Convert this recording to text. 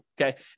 Okay